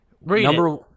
Number